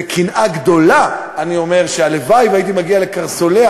בקנאה גדולה אני אומר שהלוואי שהייתי מגיע לקרסוליה